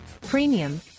premium